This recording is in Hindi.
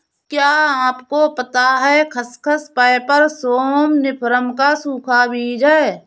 क्या आपको पता है खसखस, पैपर सोमनिफरम का सूखा बीज है?